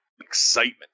Excitement